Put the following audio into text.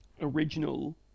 original